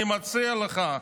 אני מציע לך,